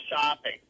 shopping